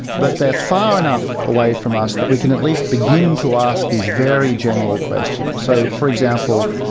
but they're far enough away from us that we can at least begin to ask these very general questions. so for example,